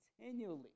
continually